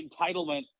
entitlement